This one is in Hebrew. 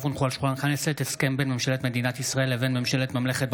מאת חברי הכנסת אחמד טיבי וישראל אייכלר,